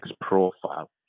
profile